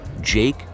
Jake